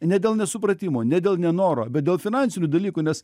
ne dėl nesupratimo ne dėl nenoro bet dėl finansinių dalykų nes